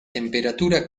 temperatura